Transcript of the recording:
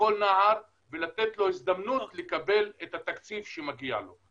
ובכל נער ולתת לו הזדמנות לקבל את התקציב שמגיע לו.